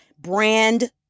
brand